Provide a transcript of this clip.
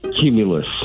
Cumulus